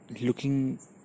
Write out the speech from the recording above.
looking